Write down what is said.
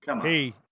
Hey